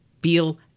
feel